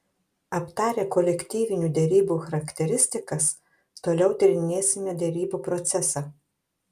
aptarę kolektyvinių derybų charakteristikas toliau tyrinėsime derybų procesą